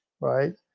Right